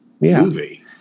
movie